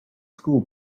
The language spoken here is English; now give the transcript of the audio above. school